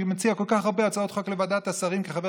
אני מציע כל כך הרבה הצעות חוק לוועדת השרים כחבר